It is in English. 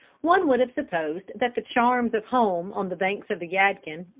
one would have supposed that the charms of home on the banks of the yadkin,